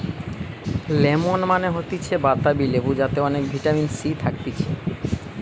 lemon মানে হতিছে বাতাবি লেবু যাতে অনেক ভিটামিন সি থাকতিছে